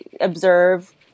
observe